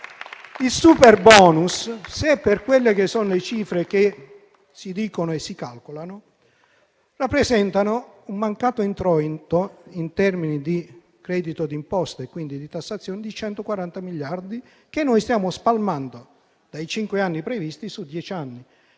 Il superbonus, stando alle cifre che si dicono e si calcolano, rappresenta un mancato introito in termini di credito d'imposta e quindi di tassazione di 140 miliardi, che noi stiamo spalmando, dai cinque anni previsti, su dieci anni: